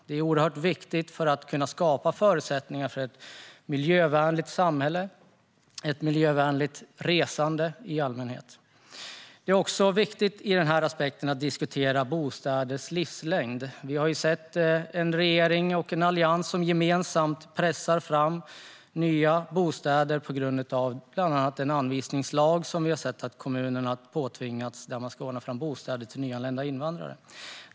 Det är viktigt för att kunna skapa förutsättningar för ett miljövänligt samhälle och ett miljövänligt resande. Det är också viktigt att diskutera bostäders livslängd. Regeringen och Alliansen pressar gemensamt fram nya bostäder, bland annat genom den anvisningslag som har tvingat kommunerna att ordna fram bostäder till nyanlända invandrare.